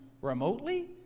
remotely